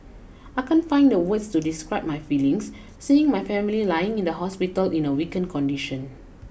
I can't find the words to describe my feelings seeing my family lying in the hospital in a weakened condition